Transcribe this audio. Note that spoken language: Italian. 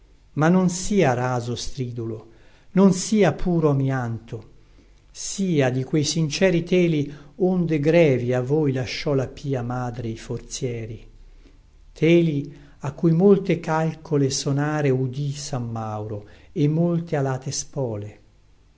ma non sia raso stridulo non sia puro amïanto sia di que sinceri teli onde grevi a voi lasciò la pia madre i forzieri teli a cui molte calcole sonare udì san mauro e molte alate spole